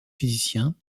physiciens